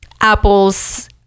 apples